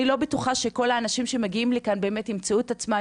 אני לא בטוחה שכל האנשים שמגיעים לכאן באמת ימצאו את עצמם,